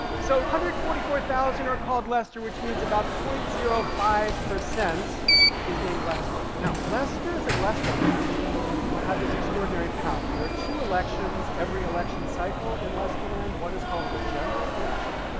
so one hundred and forty four thousand are called lester, which means about point zero five percent is named lester. now, lesters in lesterland have this extraordinary power. there are two elections every election cycle in lesterland. one is called the general election.